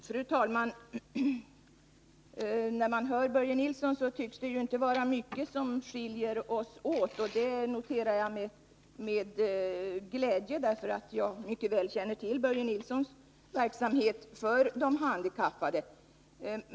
Fru talman! När man hör Börje Nilsson tycks det inte vara mycket som skiljer oss åt, och det noterar jag med glädje därför att jag mycket väl känner till Börje Nilssons verksamhet för de handikappade.